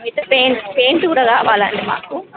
అయితే paint paint కూడా కావాలండి మాకు